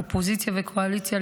אופוזיציה וקואליציה,